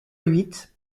huit